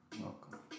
Welcome